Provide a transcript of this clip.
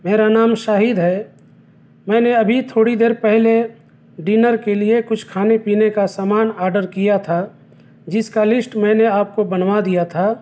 میرا نام شاہد ہے میں نے ابھی تھوڑی دیر پہلے ڈنر کے لیے کچھ کھانے پینے کا سامان آڈر کیا تھا جس کا لسٹ میں نے آپ کو بنوا دیا تھا